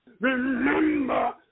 Remember